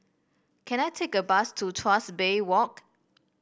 can I take a bus to Tuas Bay Walk